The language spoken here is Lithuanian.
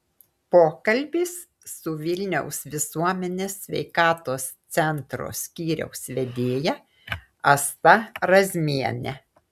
pokalbis su vilniaus visuomenės sveikatos centro skyriaus vedėja asta razmiene